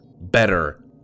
better